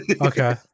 Okay